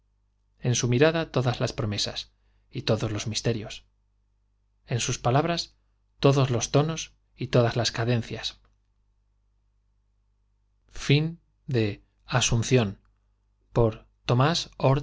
en su mirada todas las promesas y todos los misterios en sus palabras todos los tons y todas las cadencias